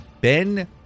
Ben